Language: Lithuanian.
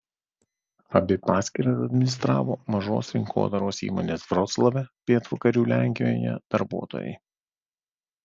abi paskyras administravo mažos rinkodaros įmonės vroclave pietvakarių lenkijoje darbuotojai